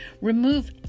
Remove